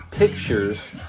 pictures